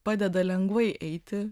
padeda lengvai eiti